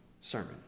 sermon